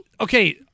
Okay